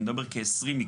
אני מדבר על כ-20 מקרים.